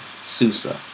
susa